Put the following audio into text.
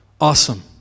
Awesome